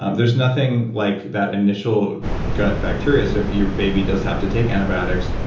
um there's nothing like that initial gut bacteria. so, if your baby does have to take antibiotics,